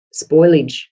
spoilage